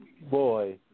Boy